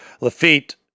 Lafitte